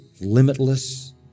limitless